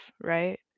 right